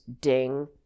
ding